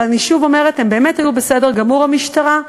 אני שוב אומרת, הם באמת היו בסדר גמור, המשטרה.